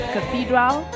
Cathedral